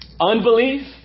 Unbelief